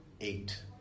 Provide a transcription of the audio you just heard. eight